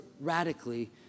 radically